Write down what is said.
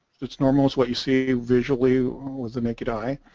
that's normally what you see visually with the naked eye